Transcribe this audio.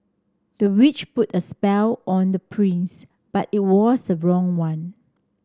the witch put a spell on the prince but it was the wrong one